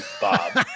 bob